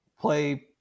play